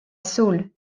soul